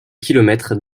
kilomètres